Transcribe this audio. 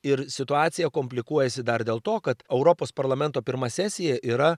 ir situacija komplikuojasi dar dėl to kad europos parlamento pirma sesija yra